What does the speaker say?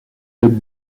êtes